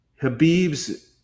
Habib's